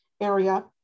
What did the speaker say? area